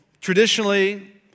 traditionally